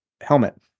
helmet